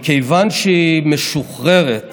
מכיוון שהיא משוחררת